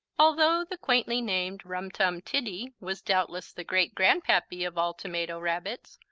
although the quaintly named rum tum tiddy was doubtless the great-grandpappy of all tomato rabbits,